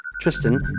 Tristan